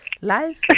Life